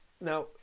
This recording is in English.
now